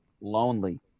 lonely